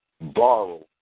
borrow